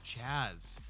Chaz